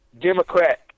democrat